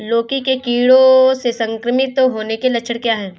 लौकी के कीड़ों से संक्रमित होने के लक्षण क्या हैं?